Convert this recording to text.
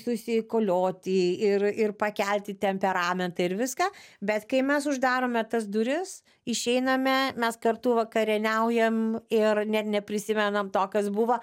susikolioti ir ir pakelti temperamentą ir viską bet kai mes uždarome tas duris išeiname mes kartu vakarieniaujam ir net neprisimenam to kas buvo